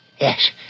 Yes